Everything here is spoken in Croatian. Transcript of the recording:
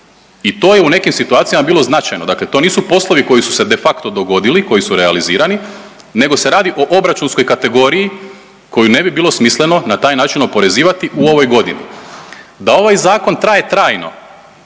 i to je u nekim situacijama bilo značajno, dakle to nisu poslovi koji su se de facto dogodili, koji su realizirani, nego se radi o obračunskoj kategoriji koju ne bi bilo smisleno na taj način oporezivati u ovoj godini. Da ovaj zakon traje trajno